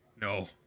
No